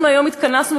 אנחנו התכנסנו היום,